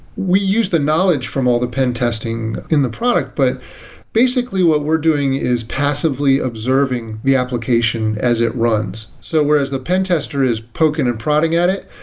we use the knowledge from all the pen testing in the product, but basically what we're doing is passively observing the application as it runs. so where as the pen tester is poking and prodding at it,